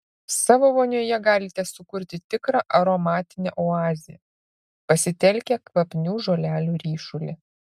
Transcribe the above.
savo vonioje galite sukurti tikrą aromatinę oazę pasitelkę kvapnių žolelių ryšulį